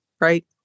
right